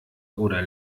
oder